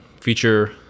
feature